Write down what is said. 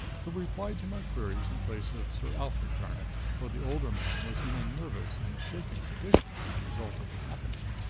who replied to my queries in place of sir alfred jarnock, for the older man was in a nervous and shaken condition as a result of the happening,